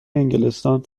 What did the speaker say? انگلستان